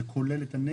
וזה כולל את הנגב?